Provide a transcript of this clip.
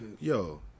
Yo